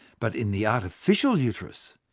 but in the artificial uterus,